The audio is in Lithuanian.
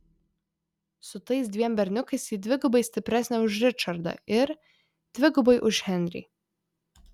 su tais dviem berniukais ji dvigubai stipresnė už ričardą ir dvigubai už henrį